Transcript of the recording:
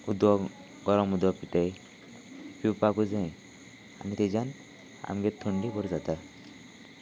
उदक गरम उदक पिताय पिवपाकू जाय आनी तेज्यान आमगे थंडी भर जाता